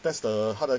that's the 他的